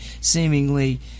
seemingly